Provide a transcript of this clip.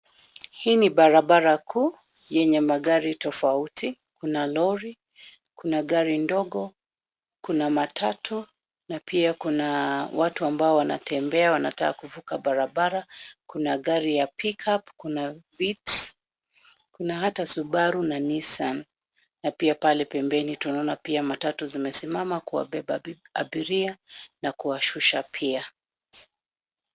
Hii ni barabara kuu yenye magari tofauti. Kuna lori, kuna gari ndogo, kuna matatu na pia kuna watu ambao wanatembea wanataka kuvuka barabara. Kuna gari ya [pickup], kuna [Vitz], kuna hata [Subaru] na [Nissan]. Na pia pale pembeni tunaona pia matatu zimesimama kuwabebabeba abiria na kuwashusha pia.